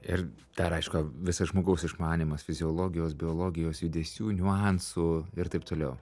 ir dar aišku visas žmogaus išmanymas fiziologijos biologijos judesių niuansų ir taip toliau